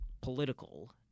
political